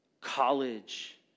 college